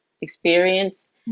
experience